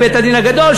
בבית-הדין הגדול,